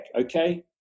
okay